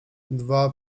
dwa